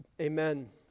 Amen